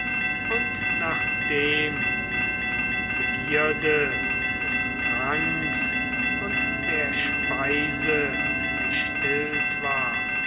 und nachdem die begierde des tranks und der speise gestillt war